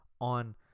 on